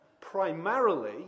primarily